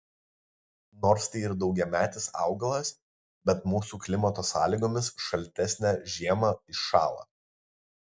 nors tai ir daugiametis augalas bet mūsų klimato sąlygomis šaltesnę žiemą iššąla